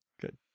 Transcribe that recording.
Good